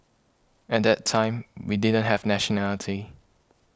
at that time we didn't have nationality